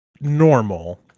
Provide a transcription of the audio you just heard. normal